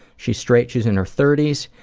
she's straight, she's in her thirty s,